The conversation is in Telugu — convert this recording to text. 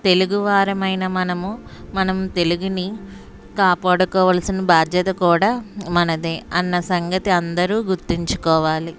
తెలుగువారమైన మనము మనం తెలుగుని కాపాడుకోవాల్సిన బాధ్యత కూడా మనదే అన్నసంగతి అందరూ గుర్తుంచుకోవాలి